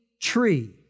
tree